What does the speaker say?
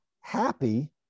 happy